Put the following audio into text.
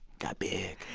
got big?